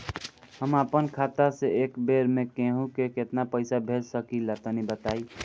हम आपन खाता से एक बेर मे केंहू के केतना पईसा भेज सकिला तनि बताईं?